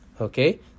Okay